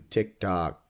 TikTok